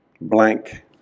blank